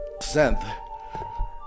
synth